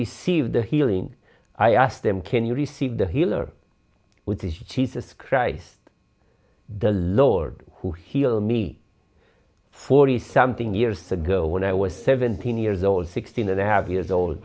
receive the healing i asked them can you receive the healer which is jesus christ the lord who heal me forty something years ago when i was seventeen years old sixteen and have years old